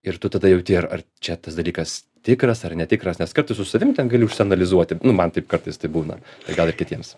ir tu tada jauti ar čia tas dalykas tikras ar netikras nes kartais su savim ten gali išsianalizuoti nu man taip kartais taip būna bet gal ir kitiems